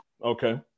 Okay